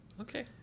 Okay